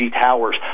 towers